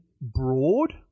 broad